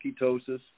ketosis